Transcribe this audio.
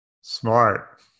Smart